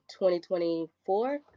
2024